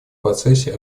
процессе